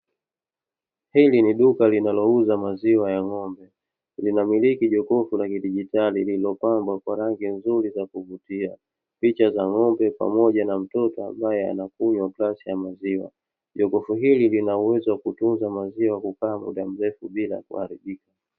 Hili ni duka linalouza maziwa ya ng’ombe. Linamiliki jokofu la kidigitali lililopambwa kwa rangi nzuri za kuvutia, picha za ng’ombe pamoja na mtoto ambaye anakunywa glasi ya maziwa. Jokofu hili linaweza kutunza maziwa, kukaa muda mrefu bila kuharibika.